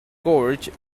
scourge